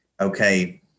okay